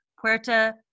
Puerta